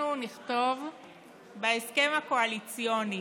אנחנו נכתוב בהסכם הקואליציוני